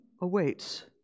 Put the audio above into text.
awaits